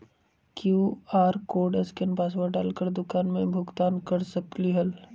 QR code scan password डाल कर दुकान में भुगतान कर सकलीहल?